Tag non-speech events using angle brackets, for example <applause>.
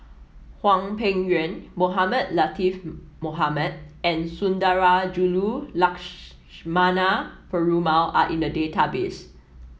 Hwang Peng Yuan Mohamed Latiff Mohamed and Sundarajulu <unintelligible> Perumal are in the database